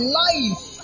life